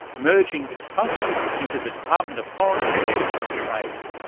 merging its functions into the department of foreign affairs and trade.